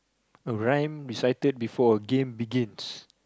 rhyme recited before a game begins